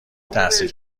تحصیل